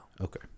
Okay